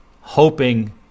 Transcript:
Hoping